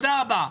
תודה רבה.